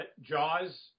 Jaws